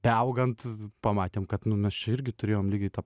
beaugant pamatėm kad mes čia irgi turėjom lygiai tą